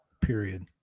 period